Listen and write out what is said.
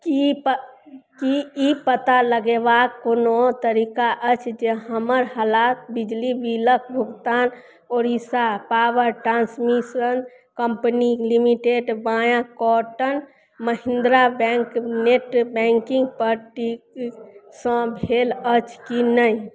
कि कि ई पता लगेबाक कोनो तरीका अछि जे हमर हालके बिजली बिलके भुगतान Odisha power transmission company limited via Kotak Mahindra bank net बैँकिन्गपर ठीकसँ भेल अछि कि नहि